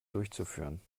durchzuführen